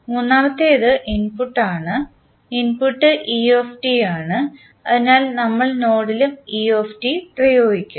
മൂന്നാമത്തേത് ഇൻപുട്ടാണ് input E T ആണ് അതിനാൽ നമ്മൾ നോഡിലും പ്രയോഗിക്കുന്നു